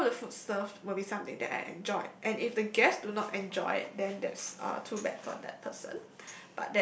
all the food served will be something that I enjoy and if the guest do not enjoy it then that's uh too bad for that person